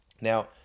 Now